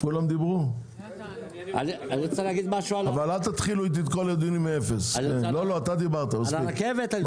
אני רוצה לומר משהו על הרכבת.